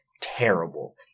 terrible